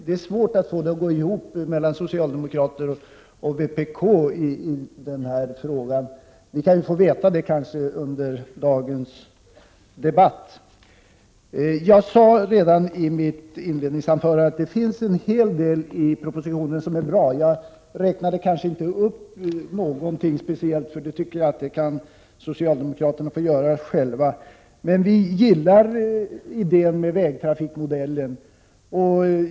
Det är svårt att se hur socialdemokrater och vpk kan få sina ståndpunkter i denna fråga att gå ihop. Det kanske vi kan få veta under dagens debatt. Jag sade redan i mitt inledningsanförande att det finns en hel del i propositionen som är bra. Jag nämnde kanske inte någonting speciellt; det tycker jag att socialdemokraterna kan få göra själva. Men vi gillar idén med vägtrafikmodellen.